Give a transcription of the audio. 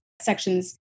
sections